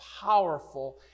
powerful